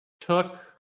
took